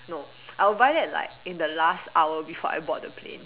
no I would buy that like in the last hour before I board the plane